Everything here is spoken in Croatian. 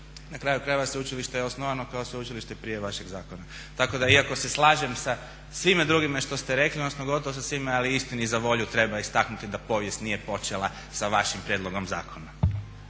Na kraju krajeva sveučilište je osnovano kao sveučilište prije vašeg zakona. Tako da iako se slažem sa svime drugim što ste rekli, odnosno gotovo sa svim, ali istini za volju treba istaknuti da povijest nije počela sa vašim prijedlogom zakona.